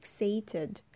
fixated